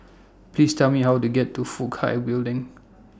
Please Tell Me How to get to Fook Hai Building